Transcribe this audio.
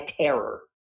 terror